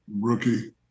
rookie